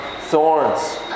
thorns